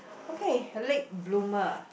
okay late bloomer